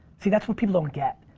see that's what people don't get.